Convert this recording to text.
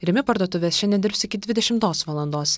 rimi parduotuvės šiandein dirbs iki dvidešimtos valandos